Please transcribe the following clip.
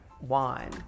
wine